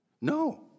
no